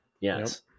Yes